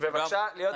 ובבקשה להיות קצרים,